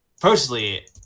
personally